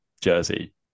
jersey